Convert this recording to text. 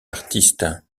artiste